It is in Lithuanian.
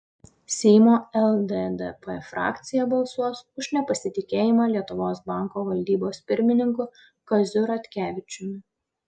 seimo lddp frakcija balsuos už nepasitikėjimą lietuvos banko valdybos pirmininku kaziu ratkevičiumi